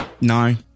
No